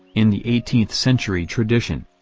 in the eighteenth century tradition.